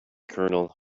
colonel